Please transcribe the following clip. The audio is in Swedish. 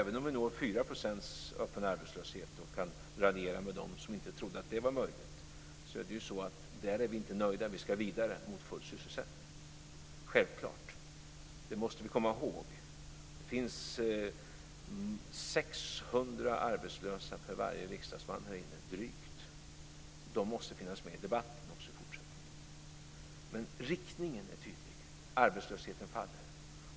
Även om vi når 4 % öppen arbetslöshet och kan raljera med dem som inte trodde att det var möjligt är vi inte nöjda där. Vi ska vidare mot full sysselsättning, självklart. Det måste vi komma ihåg. Det finns drygt 600 arbetslösa per varje riksdagsman här inne. De måste finnas med i debatten också i fortsättningen. Men riktningen är tydlig. Arbetslösheten faller.